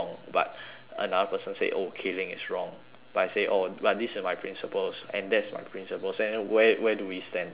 another person say oh killing is wrong but I say oh but this are my principles and that's my principles and then where where do we stand kind of thing